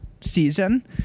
season